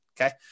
Okay